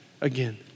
again